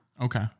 Okay